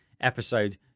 episode